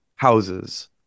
Houses